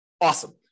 Awesome